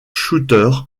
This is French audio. shooter